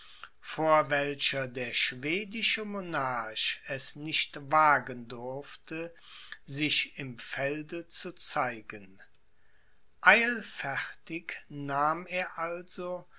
vor welcher der schwedische monarch es nicht wagen durfte sich im felde zu zeigen eilfertig nahm er also